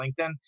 LinkedIn